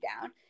down